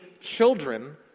children